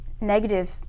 negative